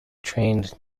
trained